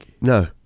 no